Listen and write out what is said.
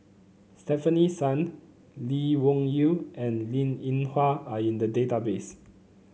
Stefanie Sun Lee Wung Yew and Linn In Hua are in the database